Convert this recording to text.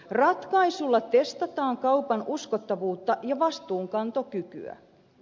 ratkaisulla testataan kaupan uskottavuutta ja vastuunkantokykyä